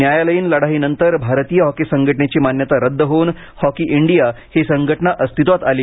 न्यायालयीन लढाईनंतर भारतीय हॉकी संघटनेची मान्यता रद्द होऊन हॉकी इंडिया ही संघटना अस्तित्वात आली